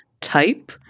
Type